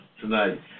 tonight